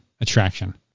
attraction